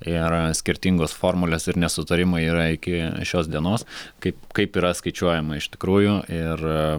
ir skirtingos formulės ir nesutarimai yra iki šios dienos kaip kaip yra skaičiuojama iš tikrųjų ir